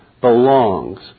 belongs